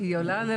עד